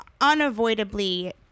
unavoidably